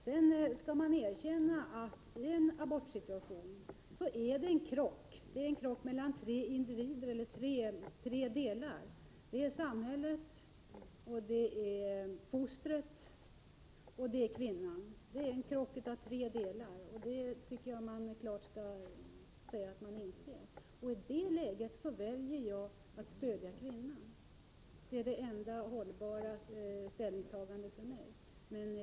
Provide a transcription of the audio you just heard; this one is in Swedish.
Sedan skall man erkänna att det i en abortsituation uppstår en krock mellan tre delar: samhället, fostret och kvinnan. Jag tycker man skall klart säga att man inser att detta är en krock. I det läget väljer jag att stödja kvinnan. Det är det enda hållbara ställningstagandet för mig.